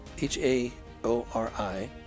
H-A-O-R-I